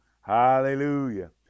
Hallelujah